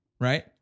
Right